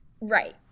Right